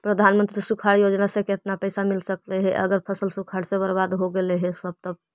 प्रधानमंत्री सुखाड़ योजना से केतना पैसा मिल सकले हे अगर फसल सुखाड़ से बर्बाद हो गेले से तब?